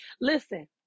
Listen